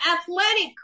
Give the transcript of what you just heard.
athletic